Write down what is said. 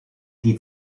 die